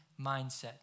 mindset